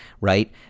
right